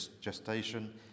gestation